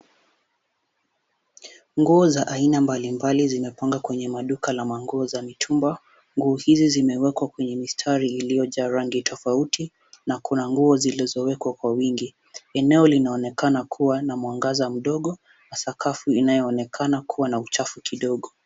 Nguo za aina mbali mbali zimepangwa kwenye duka la manguo za mitumba. Nguo hizi zimewekwa kwenye mistari iliojaa rangi tofauti, na kuna nguo zilizowekwa kwa wingi. Eneo linaonekana kuwa na mwangaza mdogo na sakafu inayoonekana kuwa na uchafu kidogo.